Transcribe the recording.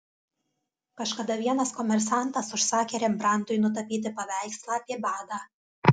kažkada vienas komersantas užsakė rembrandtui nutapyti paveikslą apie badą